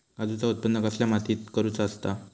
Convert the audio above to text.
काजूचा उत्त्पन कसल्या मातीत करुचा असता?